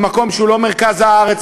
במקום שהוא לא מרכז הארץ,